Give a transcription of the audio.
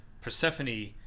persephone